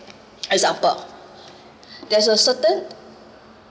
example there's a certain